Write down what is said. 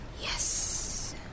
Yes